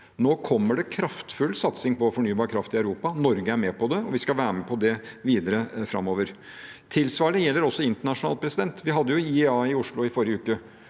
Nå kommer det en kraftfull satsing på fornybar kraft i Europa. Norge er med på det, og vi skal være med på det videre framover. Tilsvarende gjelder også internasjonalt. Vi hadde IEA i Oslo i forrige uke.